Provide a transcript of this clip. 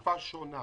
אנחנו בתקופה שונה.